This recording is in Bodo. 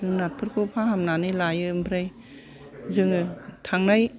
जुनातफोरखौ फाहामनानै लायो ओमफ्राय जोङो थांनाय